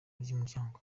ry’umuryango